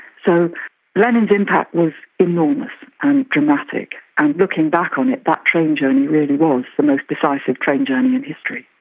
so lenin's impact was enormous and dramatic. and looking back on it, that but train journey really was the most decisive train journey in history.